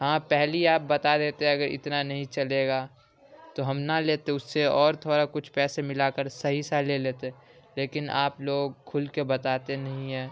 آپ پہلے ہی آپ بتا دیتے اگر اتنا نہیں چلے گا تو ہم نہ لیتے اس سے اور تھوڑا کچھ پیسے ملا کر صحیح سا لے لیتے لیکن آپ لوگ کھل کے بتاتے نہیں ہیں